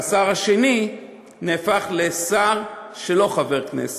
והשר השני נהפך לשר שאינו חבר כנסת.